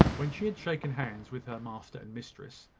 when she had shaken hands with her master and mistress,